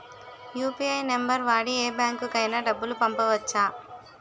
UPI number వాడి యే బ్యాంకుకి అయినా డబ్బులు పంపవచ్చ్చా?